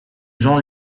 jean